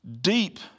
deep